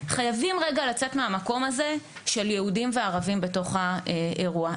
חייבים לצאת מהמקום של יהודים וערבים בתוך האירוע.